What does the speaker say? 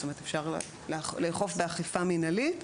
זאת אומרת אפשר לאכוף באכיפה מנהלית,